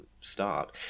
start